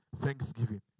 thanksgiving